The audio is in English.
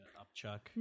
upchuck